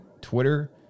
Twitter